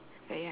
wait ah